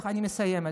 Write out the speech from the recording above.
אני מסיימת,